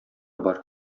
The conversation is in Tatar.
бар